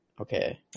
okay